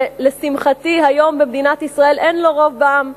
שלשמחתי היום במדינת ישראל אין לו רוב בעם,